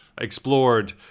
explored